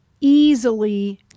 easily